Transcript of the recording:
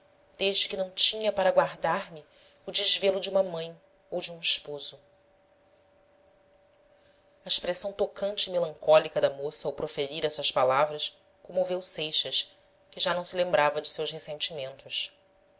desde que não tinha para guardar me o desvelo de uma mãe ou de um esposo a expressão tocante e melancólica da moça ao proferir estas palavras comoveu seixas que já não se lembrava de seus ressentimentos